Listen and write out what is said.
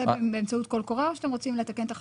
זה באמצעות קול קורא או שאתם רוצים לתקן את החקיקה?